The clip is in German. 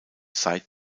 seit